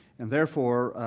and therefore,